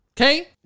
Okay